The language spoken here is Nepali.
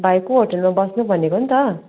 भाइको होटेलमा बस्नु भनेको नि त